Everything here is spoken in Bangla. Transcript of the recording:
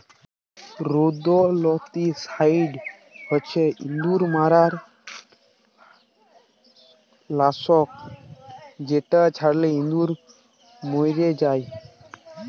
রোদেল্তিসাইড হছে ইঁদুর মারার লাসক যেট ছড়ালে ইঁদুর মইরে যায়